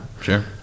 sure